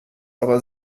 aber